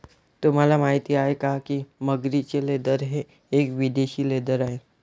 तुम्हाला माहिती आहे का की मगरीचे लेदर हे एक विदेशी लेदर आहे